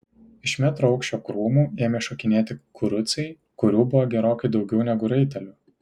iš metro aukščio krūmų ėmė šokinėti kurucai kurių buvo gerokai daugiau negu raitelių